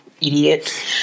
idiot